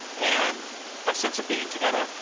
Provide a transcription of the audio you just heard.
and a sense of being together.